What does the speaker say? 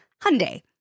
Hyundai